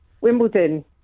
Wimbledon